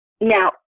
now